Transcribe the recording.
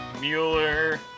Mueller